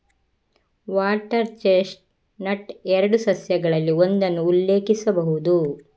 water chestnut ಎರಡು ಸಸ್ಯಗಳಲ್ಲಿ ಒಂದನ್ನು ಉಲ್ಲೇಖಿಸಬಹುದು